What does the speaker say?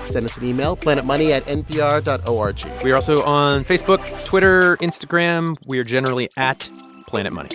send us an email planetmoney at npr dot o r g we are also on facebook, twitter, instagram. we are generally at planetmoney